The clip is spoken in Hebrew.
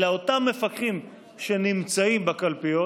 אלא אותם מפקחים שנמצאים בקלפיות